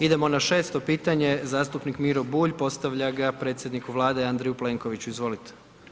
Idemo na šesto pitanje, zastupnik Miro Bulj, postavlja ga predsjedniku Andreju Plenkoviću, izvolite.